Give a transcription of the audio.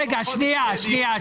רגע, שנייה, שנייה.